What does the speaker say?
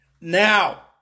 Now